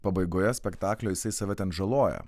pabaigoje spektaklio jisai save ten žaloja